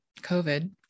COVID